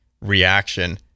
reaction